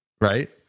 right